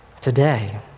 today